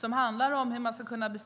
Det handlar om hur man ska kunna